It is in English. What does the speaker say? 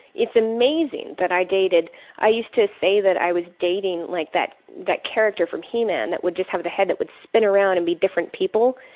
it's amazing that i dated i used to say that i was dating like that that character from he-man that would just have the head that would spin around and be different people.